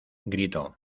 gritó